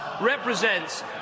represents